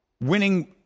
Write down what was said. winning